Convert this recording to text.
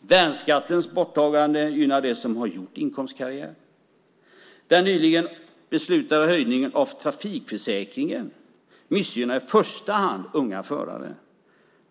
Värnskattens borttagande gynnar dem som har gjort inkomstkarriär. Den nyligen beslutade höjningen av trafikförsäkringen missgynnar i första hand unga förare.